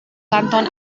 kanton